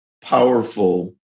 powerful